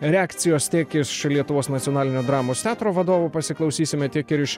reakcijos tiek iš lietuvos nacionalinio dramos teatro vadovo pasiklausysime tiek ir iš